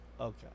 Okay